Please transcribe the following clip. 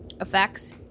effects